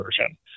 version